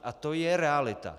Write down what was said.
A to je realita.